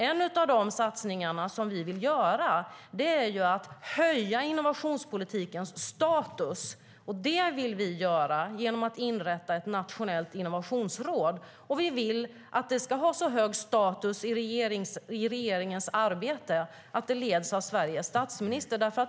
En av de satsningar som vi vill göra är att höja innovationspolitikens status. Det vill vi göra genom att inrätta ett nationellt innovationsråd, och vi vill att det ska ha så hög status i regeringens arbete att det leds av Sveriges statsminister.